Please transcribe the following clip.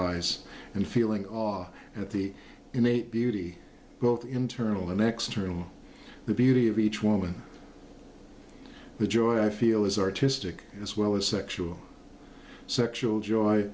eyes and feeling at the innate beauty both internal and external the beauty of each woman the joy i feel is artistic as well as sexual sexual joy